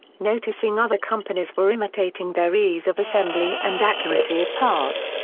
noticing other companies were imitating their ease of assembly and accuracy of parts,